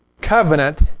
covenant